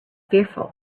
fearful